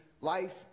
life